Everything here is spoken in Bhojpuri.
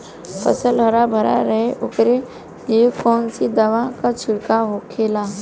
फसल हरा भरा रहे वोकरे लिए कौन सी दवा का छिड़काव होखेला?